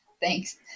Thanks